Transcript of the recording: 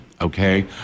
Okay